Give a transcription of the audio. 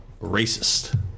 racist